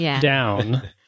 down